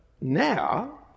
now